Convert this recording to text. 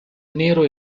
nero